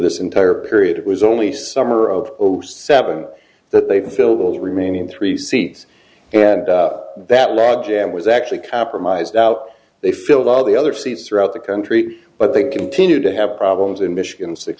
this entire period it was only summer of zero seven that they fill the remaining three seats and that logjam was actually compromised out they filled all the other seats throughout the country but they continue to have problems in michigan six